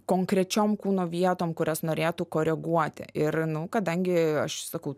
konkrečiom kūno vietom kurias norėtų koreguoti ir nu kadangi aš sakau